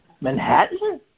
Manhattan